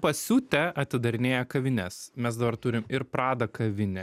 pasiutę atidarinėja kavines mes dabar turim ir prada kavinę